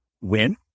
win